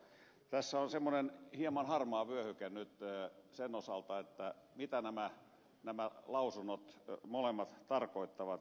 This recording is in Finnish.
tässä on semmoinen hieman harmaa vyöhyke nyt sen osalta mitä nämä molemmat lausunnot tarkoittavat